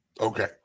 Okay